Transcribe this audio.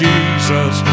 Jesus